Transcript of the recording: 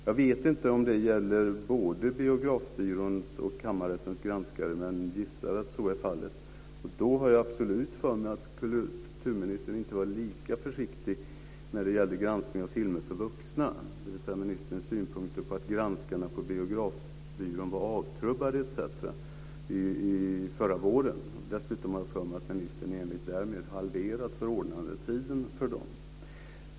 Jag vet inte om det gäller både Biografbyråns och kammarrättens granskare men gissar att så är fallet, och då har jag absolut för mig att kulturministern inte var lika försiktig när det gällde granskning av filmer för vuxna, dvs. ministerns synpunkter på att granskarna på Biografbyrån var avtrubbade etc. förra våren. Dessutom har jag för mig att ministern i enlighet därmed halverat förordnandetiden för dem.